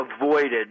avoided